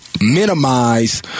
minimize